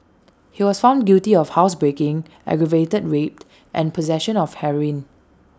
he was found guilty of housebreaking aggravated raped and possession of heroin